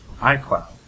iCloud